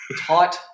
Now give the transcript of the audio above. tight